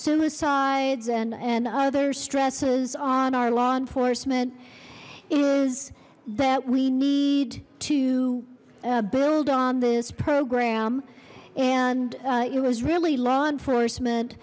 suicides and and other stresses on our law enforcement is that we need to build on this program and it was really law enforcement